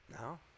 No